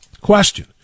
Question